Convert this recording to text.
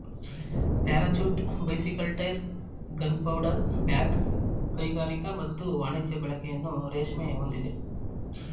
parachute bicycle tyre gunpowder bag ಕೈಗಾರಿಕಾ ಮತ್ತು ವಾಣಿಜ್ಯ ಬಳಕೆಯನ್ನು ರೇಷ್ಮೆ ಹೊಂದಿದೆ